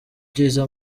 byiza